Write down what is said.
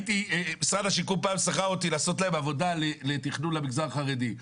משרד השיכון פעם שכר אותי לעשות להם עבודה לתכנון למגזר החרדי,